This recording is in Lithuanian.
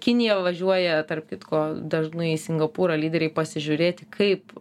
kinija važiuoja tarp kitko dažnai į singapūrą lyderiai pasižiūrėti kaip